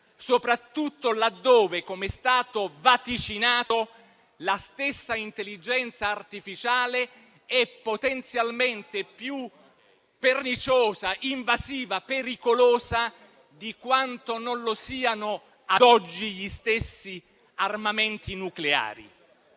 soprattutto laddove, come è stato vaticinato, la stessa intelligenza artificiale è potenzialmente più perniciosa, invasiva e pericolosa di quanto non lo siano ad oggi gli stessi armamenti nucleari.